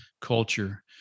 culture